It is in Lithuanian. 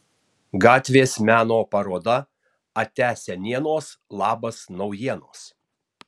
gatvės meno paroda ate senienos labas naujienos